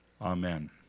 Amen